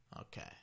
Okay